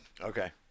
Okay